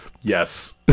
yes